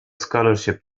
scholarship